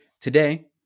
Today